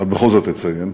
אבל בכל זאת אציין,